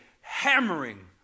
hammering